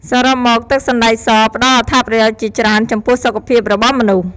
សរុបមកទឹកសណ្ដែកសផ្ដល់អត្ថប្រយោជន៍ជាច្រើនចំពោះសុខភាពរបស់មនុស្ស។